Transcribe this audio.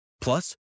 Plus